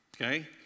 Okay